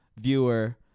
viewer